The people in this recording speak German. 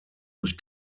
durch